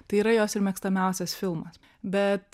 tai yra jos ir mėgstamiausias filmas bet